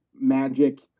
Magic